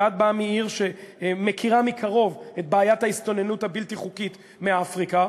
ואת באה מעיר שמכירה מקרוב את בעיית ההסתננות הבלתי-חוקית מאפריקה,